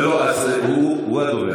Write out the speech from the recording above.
לא, לא, אז הוא הדובר.